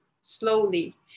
slowly